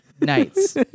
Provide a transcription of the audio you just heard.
nights